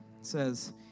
says